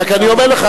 אני רק אומר לך,